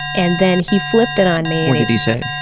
and then he flipped it on me. what did he say?